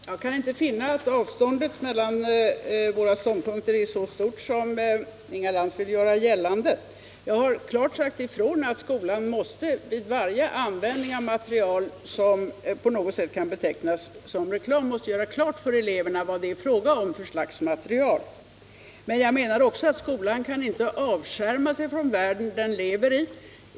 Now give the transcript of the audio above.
Herr talman! Jag kan inte finna att avståndet mellan våra ståndpunkter är så stort som Inga Lantz vill göra gällande. Jag har klart sagt ifrån att skolan, vid varje användning av material som på något sätt kan betecknas som reklam, måste göra klart för eleverna vad det är fråga om för slags material. Men jag menar också att skolan inte kan avskärma sig från den värld den lever i.